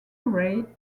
ray